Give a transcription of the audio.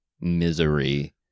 misery